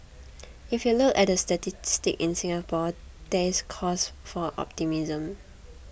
if you look at the statistics in Singapore there is cause for optimism